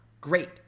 great